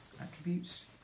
Attributes